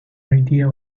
idea